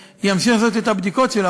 ימשיך לעשות את הבדיקות שלו.